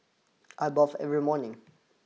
I bath every morning